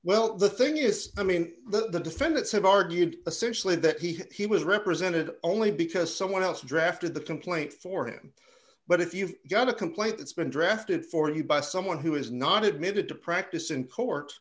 well the thing is i mean the defendants have argued essentially that he he was represented only because someone else drafted the complaint for him but if you've got a complaint that's been drafted for you by someone who is not admitted to practice in court